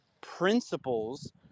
principles